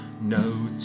no